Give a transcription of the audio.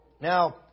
Now